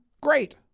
Great